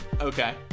okay